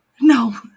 No